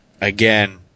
Again